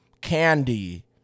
candy